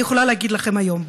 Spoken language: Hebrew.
אני יכולה להגיד לכם היום,